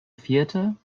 theater